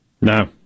no